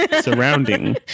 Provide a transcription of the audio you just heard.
surrounding